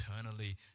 eternally